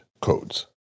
codes